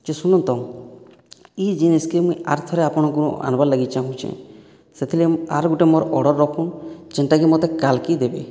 ଯେ ଶୁଣୁନ୍ ତ ଇ ଜିନିଷ୍କେ ମୁଇଁ ଆର୍ ଥରେ ଆପଣଙ୍କନୁ ଆଣବାର୍ ଲାଗି ଚାହୁଁଚେଁ ସେଥିର୍ଲାଗି ମୁଇଁ ଆର୍ ଗୁଟେ ମୋର୍ ଅର୍ଡ଼ର୍ ରଖୁନ୍ ଯେନ୍ଟା କି ମତେ କାଲ୍କି ଦେବେ